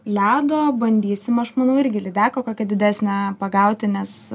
ledo bandysim aš manau irgi lydeką kokią didesnę pagauti nes